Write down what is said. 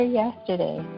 yesterday